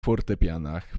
fortepianach